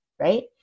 right